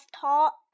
tall